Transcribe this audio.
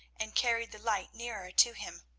and carried the light nearer to him.